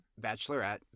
Bachelorette